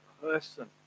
person